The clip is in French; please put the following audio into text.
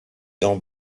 dents